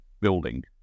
building